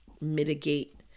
mitigate